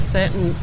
certain